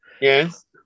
Yes